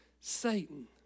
Satan